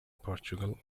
portugal